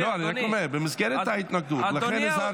לא, אני רק אומר, במסגרת ההתנגדות, לכן הזהרתי.